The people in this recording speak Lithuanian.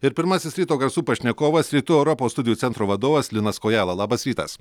ir pirmasis ryto garsų pašnekovas rytų europos studijų centro vadovas linas kojala labas rytas